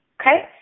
okay